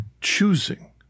choosing